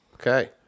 Okay